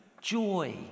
joy